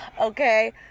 Okay